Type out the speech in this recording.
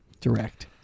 direct